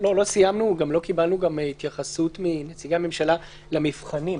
לא סיימנו וגם לא קיבלנו התייחסות ממשרדי הממשלה למבחנים.